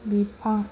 बिफां